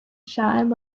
shied